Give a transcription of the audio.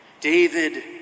David